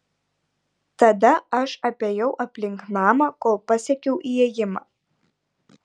tada aš apėjau aplink namą kol pasiekiau įėjimą